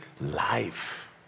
life